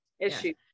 issues